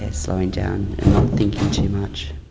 ah slowing down and not thinking too much.